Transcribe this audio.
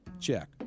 check